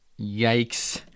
Yikes